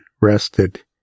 rested